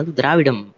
dravidam